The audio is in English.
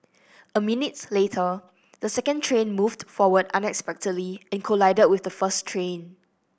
a minutes later the second train moved forward unexpectedly and collided with the first train